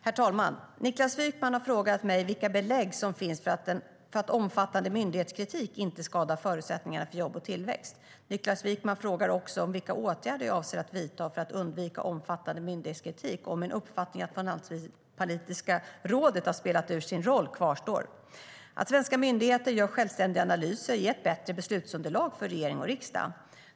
Herr talman! Niklas Wykman har frågat mig vilka belägg som finns för att omfattande myndighetskritik inte skadar förutsättningarna för jobb och tillväxt. Niklas Wykman frågar också vilka åtgärder jag avser att vidta för att undvika omfattande myndighetskritik och om min uppfattning att Finanspolitiska rådet har spelat ut sin roll kvarstår. Att svenska myndigheter gör självständiga analyser ger ett bättre beslutsunderlag för regering och riksdag.